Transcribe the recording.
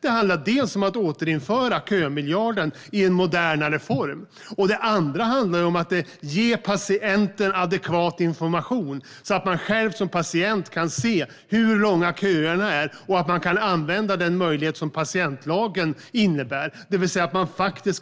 Det handlar dels om att återinföra kömiljarden i en modernare form, dels att ge patienter adekvat information så att de själva kan se hur långa köerna är och därefter använda den möjlighet som patientlagen innebär, det vill säga